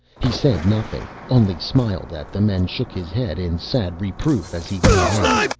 he said nothing, only smiled at them and shook his head in sad reproof as he went out.